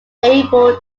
able